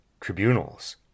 tribunals